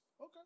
Okay